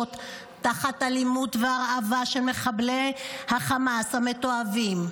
תחת אלימות והרעבה של מחבלי החמאס המתועבים.